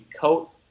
coat